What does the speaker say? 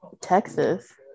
Texas